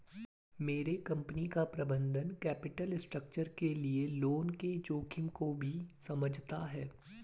मेरी कंपनी का प्रबंधन कैपिटल स्ट्रक्चर के लिए लोन के जोखिम को भी समझता है